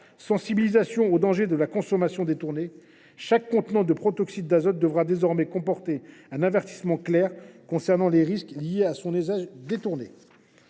consommateurs au danger de la consommation détournée. Chaque contenant de protoxyde d’azote devra désormais comporter un avertissement clair concernant les risques liés à son usage détourné.